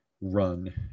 run